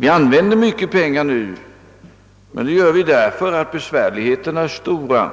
Vi använder mycket pengar nu, men : det gör vi därför att besvärligheterna är stora,